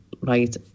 right